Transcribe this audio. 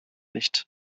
nicht